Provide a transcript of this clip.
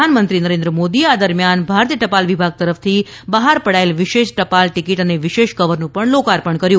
પ્રધાનમંત્રી નરેન્દ્ર મોદીએ આ દરમિયાન ભારતીય ટપાલ વિભાગ તરફથી બહાર પડાયેલ વિશેષ ટપાલ ટીકીટ અને વિશેષ કવરનું પણ લોકાર્પણ કર્યું